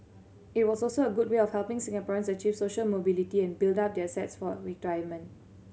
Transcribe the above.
it was also a good way of helping Singaporeans achieve social mobility and build up their assets for retirement